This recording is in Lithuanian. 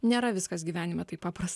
nėra viskas gyvenime taip paprasta